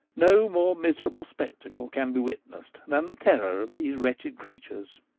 no more miserable spectacle can be witnessed than the terror of these wretched crea tures.